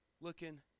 looking